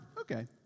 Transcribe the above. Okay